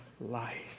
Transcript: life